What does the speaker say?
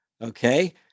Okay